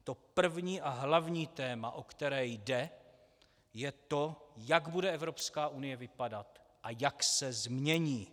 To první a hlavní téma, o které jde, je to, jak bude Evropská unie vypadat a jak se změní.